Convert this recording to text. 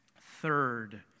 Third